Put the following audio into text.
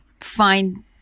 find